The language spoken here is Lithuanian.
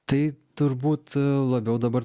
tai turbūt labiau dabar